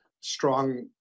strong